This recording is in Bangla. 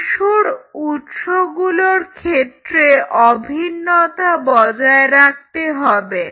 টিস্যুর উৎসগুলোর ক্ষেত্রে অভিন্নতা বজায় রাখতে হবে